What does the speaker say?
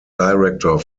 director